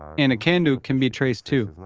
and a kanduk can be traced, too,